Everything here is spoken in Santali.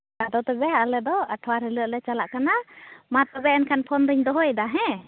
ᱟᱫ ᱛᱚᱵᱮ ᱟᱞᱮ ᱫᱚ ᱟᱴᱷᱣᱟᱨ ᱦᱤᱞᱳᱜ ᱞᱮ ᱪᱟᱞᱟᱜ ᱠᱟᱱᱟ ᱢᱟ ᱛᱚᱵᱮ ᱮᱱᱠᱷᱟᱱ ᱯᱳᱱᱫᱩᱧ ᱫᱚᱦᱚᱭᱮᱫᱟ ᱦᱮᱸ